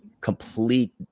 complete